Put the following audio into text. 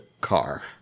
car